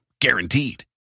Guaranteed